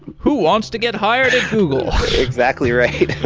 who wants to get hired at google exactly right